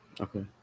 okay